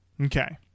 Okay